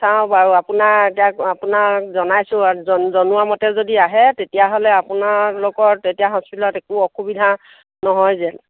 চাওঁ বাৰু আপোনাক এতিয়া আপোনাক জনাইছোঁ জনোৱা মতে যদি আহে তেতিয়াহ'লে আপোনালোকৰ তেতিয়া হস্পিটেলত একো অসুবিধা নহয় যেন